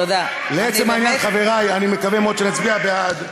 לעצם העניין, חברי, אני מקווה מאוד שנצביע בעד.